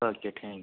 okay thank you